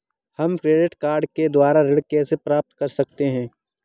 हम credit card के द्वारा ऋण कैसे प्राप्त कर सकते हैं?